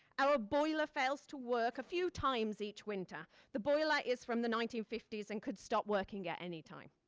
our boiler fails to work a few times each winter the boiler is from the nineteen fifty s and could stop working at anytime.